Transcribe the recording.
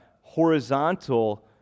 horizontal